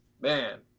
Man